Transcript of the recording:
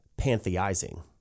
pantheizing